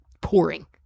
pouring